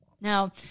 Now